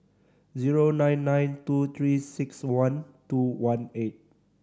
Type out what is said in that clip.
zero nine nine two Three Six One two one eight